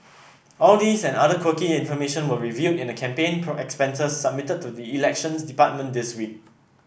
all these and other quirky information were revealed in the campaign poor expenses submitted to the Elections Department this week